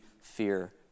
fear